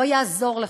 לא יעזור לך,